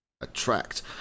attract